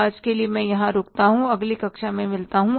आज के लिए मैं यहाँ रुकता हूँ और अगली कक्षा में मिलता हूँ